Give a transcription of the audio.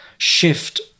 Shift